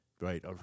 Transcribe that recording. Right